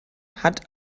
hat